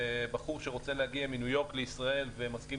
ובחור שרוצה להגיע מניו יורק לישראל ומסכים